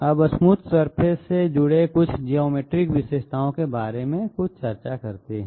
अब smooth surface से जुड़े कुछ ज्योमैट्रिक विशेषताओं के बारे में कुछ चर्चा करते हैं